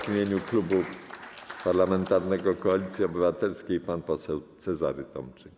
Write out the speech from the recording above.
W imieniu Klubu Parlamentarnego Koalicja Obywatelska pan poseł Cezary Tomczyk.